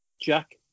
Jack